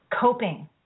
coping